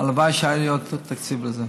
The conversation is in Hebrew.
הלוואי שהיה לי עוד קצת תקציב לזה.